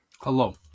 Hello